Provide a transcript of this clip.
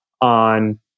on